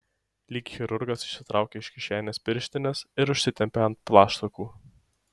lyg chirurgas išsitraukė iš kišenės pirštines ir užsitempė ant plaštakų